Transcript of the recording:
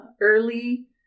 early